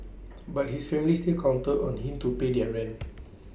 but his family still counted on him to pay their rent